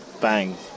Bang